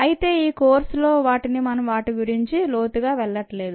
అయితే ఈ కోర్సులో మనం వాటి గురించి లోతుగా వెళ్లట్లేదు